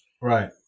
Right